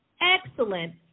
excellent